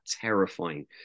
terrifying